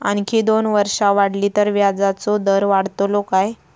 आणखी दोन वर्षा वाढली तर व्याजाचो दर वाढतलो काय?